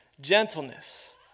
gentleness